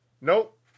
Nope